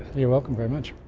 you're welcome very much.